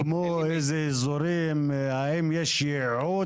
ווליד טאהא (רע"מ,